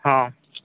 ᱦᱮᱸ